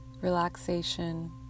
relaxation